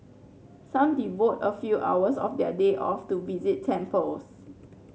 some devote a few hours of their day off to visit temples